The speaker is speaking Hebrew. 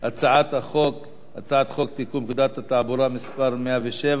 הצעת חוק לתיקון פקודת התעבורה (מס' 107)